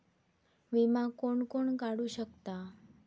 विमा कोण कोण काढू शकता?